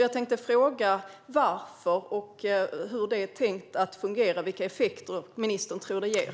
Jag tänkte fråga: Varför och hur är det tänkt att fungera? Och vilka effekter tror ministern att det ger?